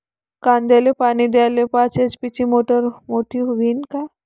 कांद्याले पानी द्याले पाच एच.पी ची मोटार मोटी व्हईन का?